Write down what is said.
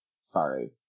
Sorry